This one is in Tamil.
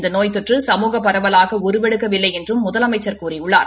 இந்த நோய் தொற்று சமூக பரவலாக உருவெடுக்கவில்லை என்றும் முதலமைச்சர் கூறியுள்ளார்